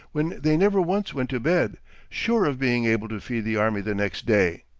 when they never once went to bed sure of being able to feed the army the next day.